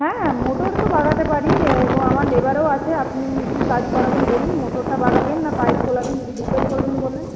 হ্যাঁ মোটর তো বাগাতে পারি এবং আমার লেবারও আছে আপনি কী কাজ করাবেন বলুন মোটরটা বাগাবেন না পাইপ খোলাবেন যদি দুটোই করবেন বলেন